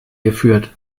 geführt